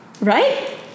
Right